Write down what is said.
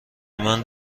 منم